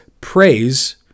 praise